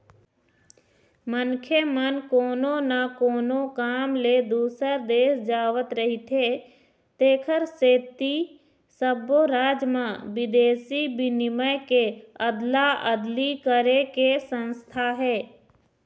मनखे मन कोनो न कोनो काम ले दूसर देश जावत रहिथे तेखर सेती सब्बो राज म बिदेशी बिनिमय के अदला अदली करे के संस्था हे